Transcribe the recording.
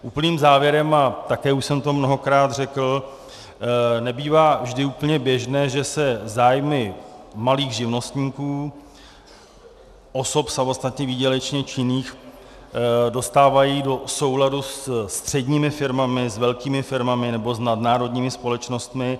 Úplným závěrem, a také už jsem to mnohokrát řekl, nebývá vždy úplně běžné, že se zájmy malých živnostníků, osob samostatně výdělečně činných, dostávají do souladu se středními firmami, s velkými firmami nebo s nadnárodními společnostmi.